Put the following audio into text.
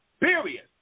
period